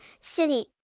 City